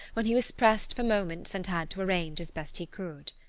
when he was pressed for moments and had to arrange as best he could.